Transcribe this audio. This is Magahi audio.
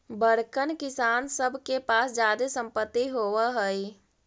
बड़कन किसान सब के पास जादे सम्पत्ति होवऽ हई